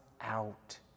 out